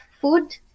food